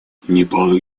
непал